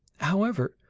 however,